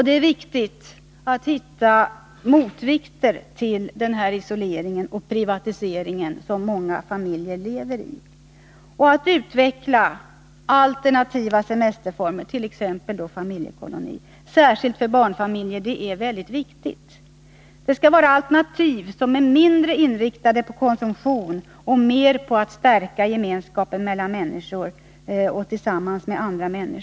Det är viktigt att vi hittar motvikter till den isolering och privatisering som många familjer lever i. Och det är mycket angeläget att vi utvecklar alternativa semesterformer, t.ex. familjekolonier, för speciellt barnfamiljerna. Det skall vara alternativ som mindre är inriktade på konsumtion och mera på att stärka gemenskapen mellan människor.